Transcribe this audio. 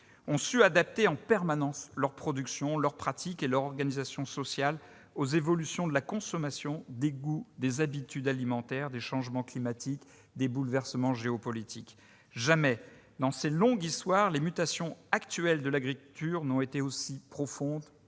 -ont su adapter en permanence leurs productions, leurs pratiques et leurs organisations sociales aux évolutions de la consommation, des goûts et des habitudes alimentaires, de même qu'aux changements climatiques et aux bouleversements géopolitiques. Reste que jamais dans cette longue histoire les mutations de l'agriculture n'ont été aussi profondes,